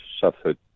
suffered